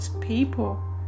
people